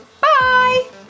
Bye